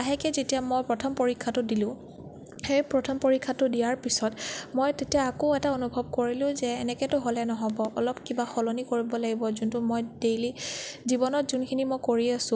লাহেকৈ যেতিয়া মই প্ৰথম পৰীক্ষাটো দিলো সেই প্ৰথম পৰীক্ষাটো দিয়াৰ পিছত মই তেতিয়া আকৌ এটা অনুভৱ কৰিলো যে এনেকৈটো হ'লে নহ'ব অলপ কিবা সলনি কৰিব লাগিব যোনটো মই ডেইলী জীৱনত যোনখিনি মই কৰি আছো